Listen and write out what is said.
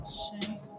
shame